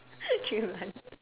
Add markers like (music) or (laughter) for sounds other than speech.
(laughs) choose one